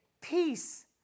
Peace